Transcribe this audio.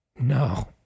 No